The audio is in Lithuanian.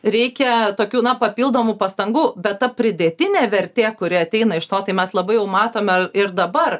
reikia tokių na papildomų pastangų bet ta pridėtinė vertė kuri ateina iš to tai mes labai jau matome ir dabar